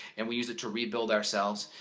and we use it to rebuild ourselves.